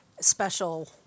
special